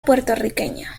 puertorriqueña